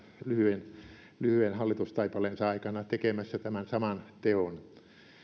lyhyen lyhyen hallitustaipaleensa aikana tekemässä tämän saman teon